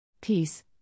Peace